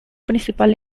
principal